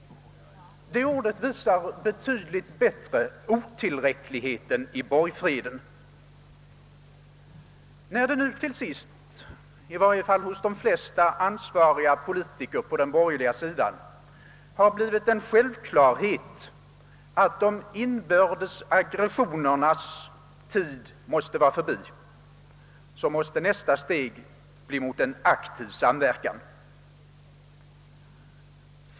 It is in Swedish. Det ordet visar betydligt bättre otillräckligheten i borgfreden. När det nu till slut, i varje fall hos de flesta ansvariga politiker på den borgerliga sidan, har blivit en självklarhet att de inbördes agressionernas tid måste vara förbi, måste nästa steg föra till en aktiv samverkan.